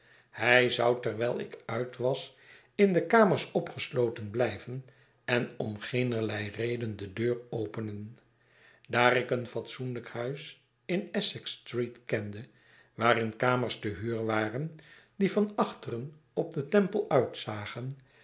hij zou terwijl ik uit was in de kamers opgesloten blijven en om geenerlei reden de deur openen daar ik een fatsoenlijk huis in essex street kende waarin kamers te huur waren die van achteren op den temple uitzagen